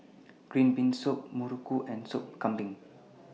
Green Bean Soup Muruku and Soup Kambing